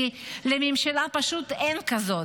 כי לממשלה פשוט אין כזאת.